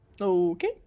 Okay